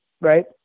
Right